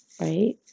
right